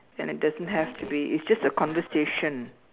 and it doesn't have to be it's just a conversation